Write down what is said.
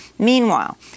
Meanwhile